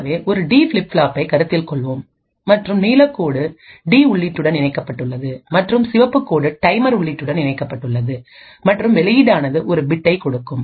ஆகவே ஒரு D flip ஃப்ளாப்பை கருத்தில் கொள்வோம் மற்றும் நீல கோடு டி உள்ளீட்டுடன் இணைக்கப்பட்டுள்ளது மற்றும் சிவப்பு கோடு டைமர் உள்ளீட்டுடன் இணைக்கப்பட்டுள்ளது மற்றும்வெளியீடானது ஒரு பிட்டைக் கொடுக்கும்